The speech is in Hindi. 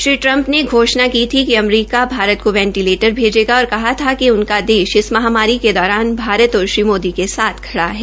श्री ट्रंप ने घोषणा की थी कि अमरीका भारत को वेंटीलेटर भेजेगा और कहा था कि उनका देश इस महामारी के दौरान भारत और श्री मोदी के साथ खड़ा है